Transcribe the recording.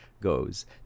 goes